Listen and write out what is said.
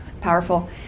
Powerful